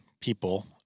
people